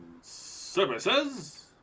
services